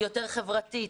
יותר חברתית.